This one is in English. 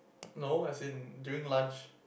no as in during lunch